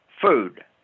food